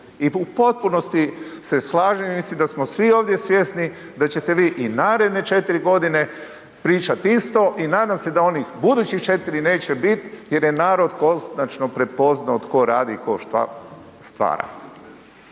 i u potpunosti se slažem, mislim da smo svi ovdje svjesni da ćete vi i naredne 4.g. pričat isto i nadam se da onih budućih 4 neće bit jer je narod konačno prepoznao tko radi i tko šta stvara.